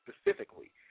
specifically